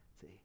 See